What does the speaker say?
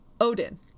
Odin